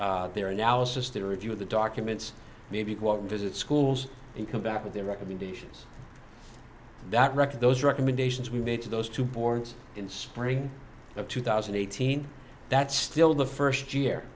their analysis to review the documents maybe what visit schools and come back with their recommendations that record those recommendations we made to those two boards in spring of two thousand and eighteen that's still the first year